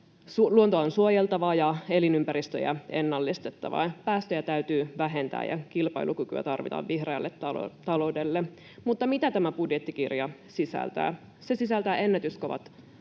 Luontoa on suojeltava ja elinympäristöjä ennallistettava, päästöjä täytyy vähentää, ja kilpailukykyä tarvitaan vihreälle taloudelle. Mutta mitä tämä budjettikirja sisältää — se sisältää ennätyskovat